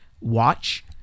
watch